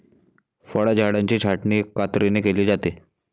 फळझाडांची छाटणी कात्रीने केली जाते